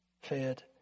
fed